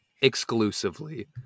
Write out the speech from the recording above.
exclusively